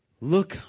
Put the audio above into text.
Look